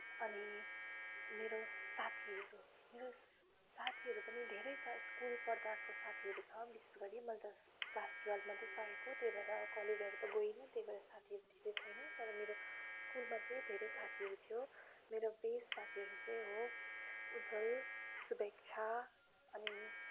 अनि मेरो साथीहरू मेरो साथीहरू पनि धेरै छ स्कुल पढ्दाको साथीहरू छ विशेष गरी मैले त क्लास टुवेल्भ मात्रै सकेको त्यही भएर कलेजहरू त गइनँ त्यही भएर साथीहरू त धेरै छैन तर मेरो स्कुलमा चाहिँ धेरै साथीहरू थियो मेरो बेस्ट साथीहरू चाहिँ हो उज्ज्वल शुभेच्छा अनि